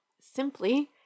simply